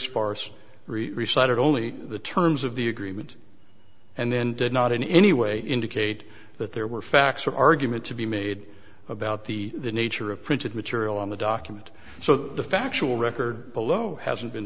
cited only the terms of the agreement and then did not in any way indicate that there were facts or argument to be made about the nature of printed material on the document so the factual record below hasn't been